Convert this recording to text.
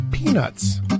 Peanuts